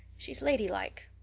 she's ladylike.